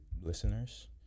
listeners